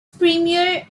premier